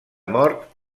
mort